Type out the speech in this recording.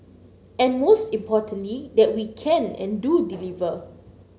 and most importantly that we can and do deliver